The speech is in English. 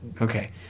Okay